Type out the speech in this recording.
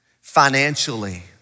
financially